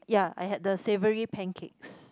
ya I had the savoury pancakes